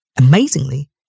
Amazingly